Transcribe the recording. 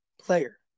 player